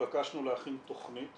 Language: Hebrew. נתבקשנו להכין תכנית